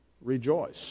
rejoice